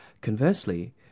Conversely